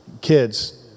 Kids